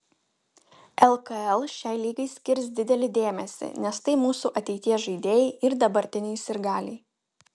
lkl šiai lygai skirs didelį dėmesį nes tai mūsų ateities žaidėjai ir dabartiniai sirgaliai